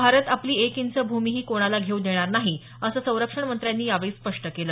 भारत आपली एक इंच भूमीही कोणाला घेऊ देणार नाही असं संरक्षण मंत्र्यांनी यावेळी स्पष्ट केलं